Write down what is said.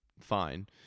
fine